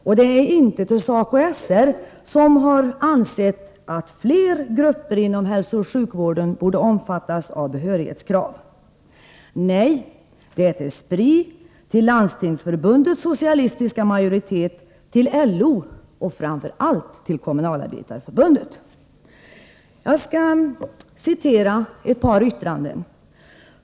Och det är inte till SACO/SR som ansett att fler grupper inom hälsooch sjukvården borde omfattas av behörighetskrav. Nej, det är Spri, Landstingsförbundets socialistiska majoritet, till LO och framför allt till Kommunalarbetareförbundet. Jag skall citera ur ett par yttranden.